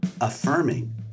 affirming